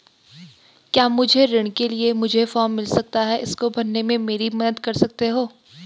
क्या मुझे ऋण के लिए मुझे फार्म मिल सकता है इसको भरने में मेरी मदद कर सकते हो?